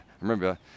remember